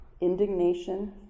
indignation